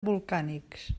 volcànics